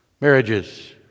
Marriages